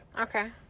Okay